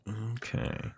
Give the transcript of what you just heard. Okay